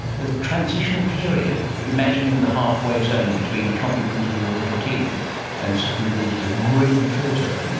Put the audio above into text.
the transition period, imagining the halfway zone between chomping things with your little teeth and sucking things with your great big filter?